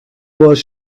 was